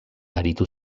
aritu